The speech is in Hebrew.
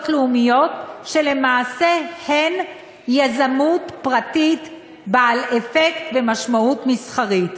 לאומיות שלמעשה הן יזמות פרטית בעלת אפקט ומשמעות מסחרית.